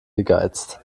gegeizt